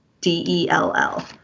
D-E-L-L